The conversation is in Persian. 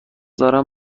دارم